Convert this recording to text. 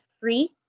free